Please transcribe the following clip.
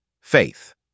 Faith